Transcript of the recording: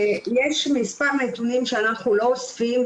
יש מספר נתונים שאנחנו לא אוספים,